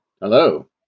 hello